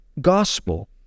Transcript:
gospel